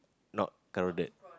not crowded